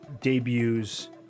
debuts